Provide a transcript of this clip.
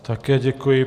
Také děkuji.